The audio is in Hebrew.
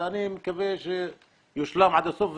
ואני מקווה שיושלם עד הסוף,